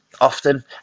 often